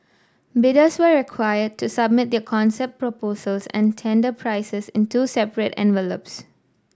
bidders were required to submit their concept proposals and tender prices in two separate envelopes